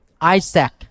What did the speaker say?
Isaac